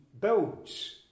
builds